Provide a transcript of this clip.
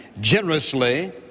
generously